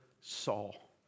Saul